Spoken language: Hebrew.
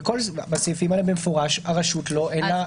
בסעיפים האלה במפורש לרשות אין מעמד.